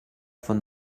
von